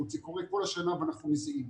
מאה אחוז.